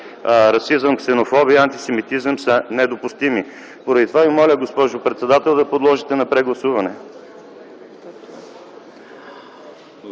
расизъм, ксенофобия и антисемитизъм са недопустими. Поради това Ви моля, госпожо председател, да подложите на прегласуване.